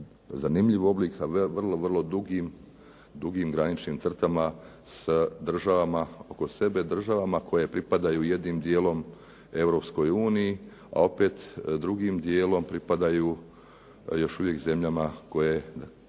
zanimljiv oblik sa vrlo, vrlo dugim graničnim crtama s državama oko sebe, državama koje pripadaju jednim dijelom Europskoj uniji, a opet drugim dijelom pripadaju još uvijek zemljama koje,